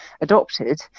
adopted